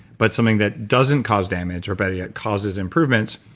but something that doesn't cause damage or, better yet, causes improvements,